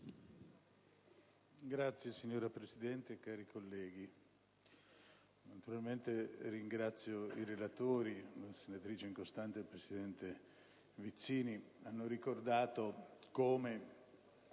*(PD)*. Signora Presidente, cari colleghi, naturalmente ringrazio i relatori. La senatrice Incostante e il presidente Vizzini hanno ricordato come